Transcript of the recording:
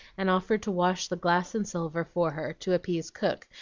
and offered to wash the glass and silver for her, to appease cook,